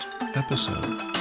episode